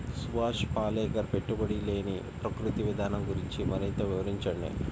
సుభాష్ పాలేకర్ పెట్టుబడి లేని ప్రకృతి విధానం గురించి మరింత వివరించండి